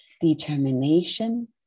determination